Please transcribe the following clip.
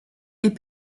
est